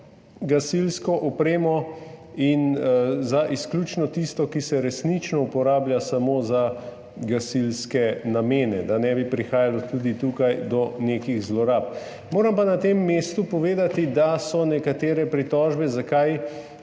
gasilsko opremo in za izključno tisto, ki se resnično uporablja samo za gasilske namene, da ne bi prihajalo tudi tukaj do nekih zlorab. Moram pa na tem mestu povedati, da so nekatere pritožbe,